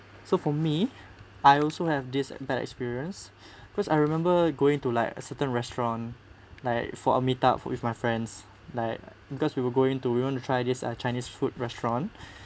so for me I also have this bad experience because I remember going to like a certain restaurant like for a meet out with my friends like because we were going to we want to try this uh chinese food restaurant